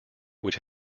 which